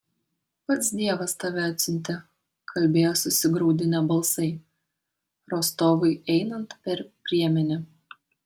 pats dievas tave atsiuntė kalbėjo susigraudinę balsai rostovui einant per priemenę